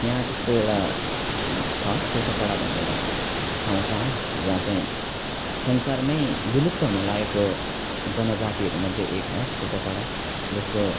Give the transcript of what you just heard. यहाँ त्यस्तो एउटा छ टोटापाडा भन्ने एउटा ठाउँ छ जहाँ चाहिँ संसारमा बिलुप्त हुन लागेको जनजातिहरू मध्ये एक हो टोटापाडा जसको